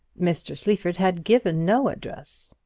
mr. sleaford had given no address.